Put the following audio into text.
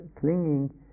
clinging